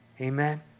Amen